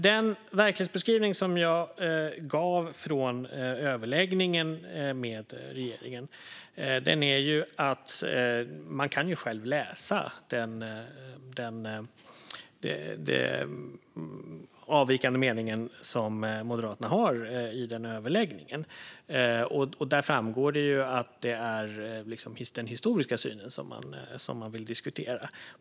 Min verklighetsbeskrivning från överläggningen med regeringen är att man själv kan läsa den avvikande mening som Moderaterna hade vid överläggningen. Där framgår att det är den historiska synen man vill diskutera.